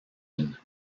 lune